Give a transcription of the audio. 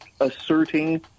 asserting